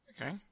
Okay